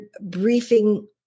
briefing